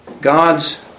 God's